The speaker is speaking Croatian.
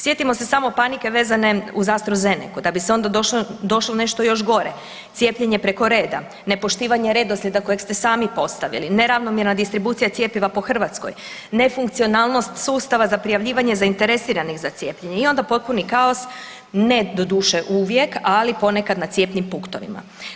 Sjetimo se samo panike vezane uz AstruZenecu da bi se onda došlo nešto još gore, cijepljenje preko reda, nepoštivanje redoslijeda kojeg ste sami postavili, neravnomjerna distribucija cjepiva po Hrvatskoj, nefunkcionalnost sustava za prijavljivanje zainteresiranih za cijepljenje i onda potpuni kaos, ne doduše uvijek, ali ponekad na cijepnim punktovima.